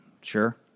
Sure